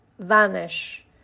vanish